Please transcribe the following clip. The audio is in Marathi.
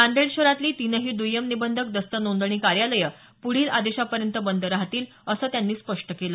नांदेड शहरातली तीनही दय्यम निबंधक दस्त नोंदणी कार्यालय पुढील आदेशापर्यंत बंद राहतील असं त्यांनी स्पष्ट केलं